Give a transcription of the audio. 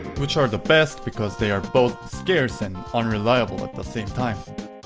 which are the best because they are both scarce and unreliable at the same time